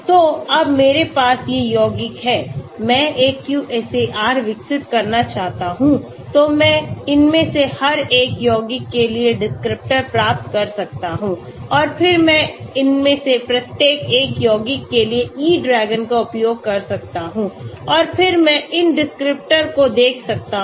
तो अब मेरे पास ये यौगिक हैं मैं एक QSAR विकसित करना चाहता हूं तो मैं इनमें से हर एक यौगिक के लिए डिस्क्रिप्टर प्राप्त कर सकता हूं और फिर मैं इनमें से प्रत्येक एक यौगिक के लिए E DRAGON का उपयोग कर सकता हूं और फिर मैं इन डिस्क्रिप्टर को देख सकता हूं